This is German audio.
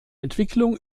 entwicklung